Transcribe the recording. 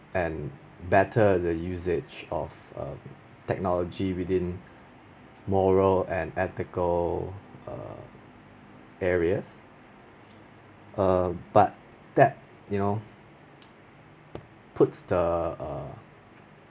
and better the usage of um technology within more roles and ethical err areas err but that you know puts the err